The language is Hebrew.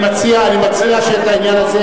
אני מציע שאת העניין הזה,